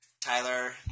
Tyler